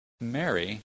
Mary